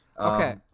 Okay